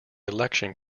election